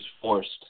forced